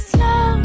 Slow